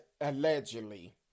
allegedly